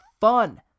fun